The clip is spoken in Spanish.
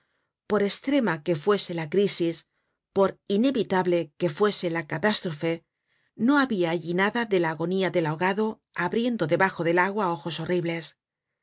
por estrema que fuese la crisis por inevitable que fuese la catástrofe no habia allí nada de la agonía del ahogado abriendo debajo del agua ojos horribles